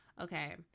Okay